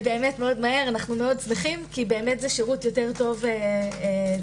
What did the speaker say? אנחנו מאוד שמחים, כי זה שירות יותר טוב לציבור.